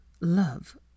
Love